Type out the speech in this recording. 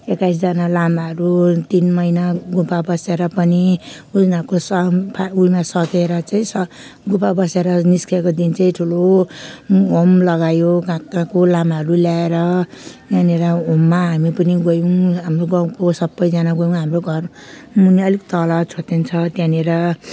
एक्काइसजना लामाहरू तिन महिना गुफा बसेर पनि उनीहरूको सम फा उना सकेर चाहिँ स गुफा बसेर निस्केको दिन चाहिँ ठुलो होम लगायो कहाँ कहाँको लामाहरू ल्याएर यहाँनिर होममा हामी पनि गयौँ हाम्रो गाउँको सबैजना गयौँ हाम्रो घरमुनि अलिक तल छोर्तेन छ त्यहाँनिर